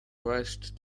rushed